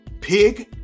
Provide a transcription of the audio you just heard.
pig